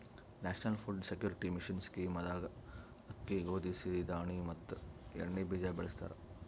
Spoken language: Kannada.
national food security mission scheme ದಾಗ ಅಕ್ಕಿ, ಗೋದಿ, ಸಿರಿ ಧಾಣಿ ಮತ್ ಎಣ್ಣಿ ಬೀಜ ಬೆಳಸ್ತರ